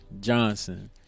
Johnson